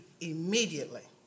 immediately